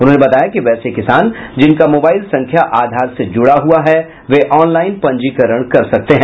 उन्होंने बताया कि वैसे किसान जिनका मोबाईल संख्या आधार से जुड़ा हुआ है वे ऑनलाईन पंजीकरण कर सकते हैं